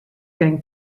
going